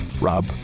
Rob